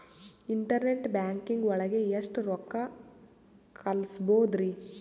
Internet banking ಒಳಗೆ ಎಷ್ಟ್ ರೊಕ್ಕ ಕಲ್ಸ್ಬೋದ್ ರಿ?